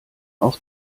auch